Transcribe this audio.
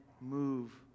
move